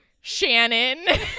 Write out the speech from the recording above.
Shannon